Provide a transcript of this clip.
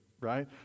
right